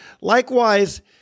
Likewise